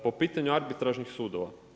Po pitanju arbitražnih sudova.